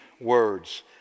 words